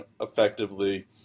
effectively